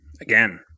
Again